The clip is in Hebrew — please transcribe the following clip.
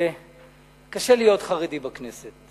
קשה להיות חרדי בכנסת.